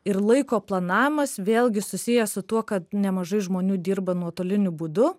ir laiko planavimas vėlgi susiję su tuo kad nemažai žmonių dirba nuotoliniu būdu